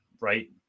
right